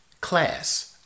class